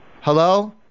Hello